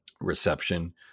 Reception